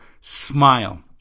smile